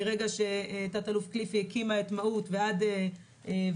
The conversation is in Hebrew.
מרגע שתת-אלוף כליפי הקימה את מהו"ת ועד היום.